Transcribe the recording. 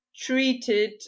treated